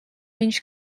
viņš